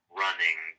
running